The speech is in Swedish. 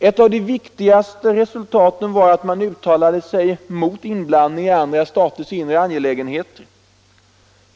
Ett av de viktigaste resultaten var att man uttalade sig mot inblandning i andra staters inre angelägenheter.